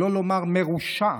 שלא לומר מרושעת,